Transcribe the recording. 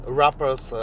rappers